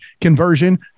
conversion